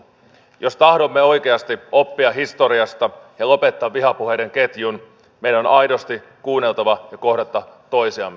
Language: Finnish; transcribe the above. jos tahdomme oikeasti oppia historiasta ja lopettaa vihapuheiden ketjun meidän on aidosti kuunneltava ja kohdattava toisiamme